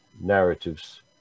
narratives